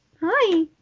Hi